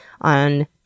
on